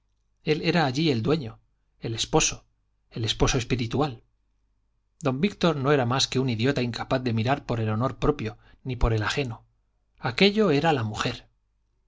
él era allí el dueño el esposo el esposo espiritual don víctor no era más que un idiota incapaz de mirar por el honor propio ni por el ajeno aquello era la mujer